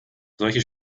solche